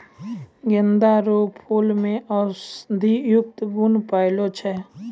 गेंदा रो फूल मे औषधियुक्त गुण पयलो जाय छै